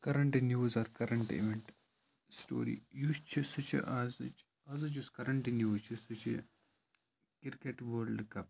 current news or current event story یُس چِھ سُہ چِھ آزٕچ آزٕچ یُس کَرنٛٹ نِیٚوز چِھ سُہ چِھ کِرکَٹ وٲلڈٕ کَپ